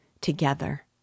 together